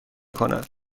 کند